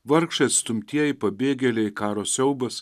vargšai atstumtieji pabėgėliai karo siaubas